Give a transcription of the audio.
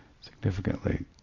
significantly